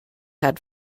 had